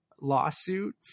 lawsuit